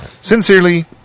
Sincerely